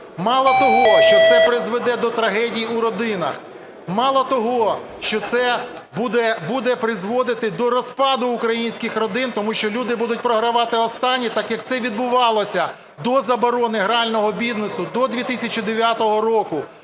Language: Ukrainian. малого того, що це призведе до трагедії у родинах, мало того, що це буде призводити до розпаду українських родин, тому що люди будуть програвати останнє так, як це відбувалося до заборони грального бізнесу до 2000 року,